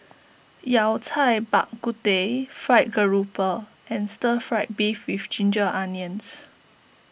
Yao Cai Bak Kut Teh Fried Garoupa and Stir Fried Beef with Ginger Onions